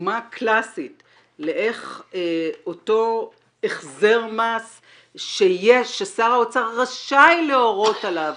דוגמה קלאסית לאיך אותו החזר מס שיש ששר האוצר רשאי להורות עליו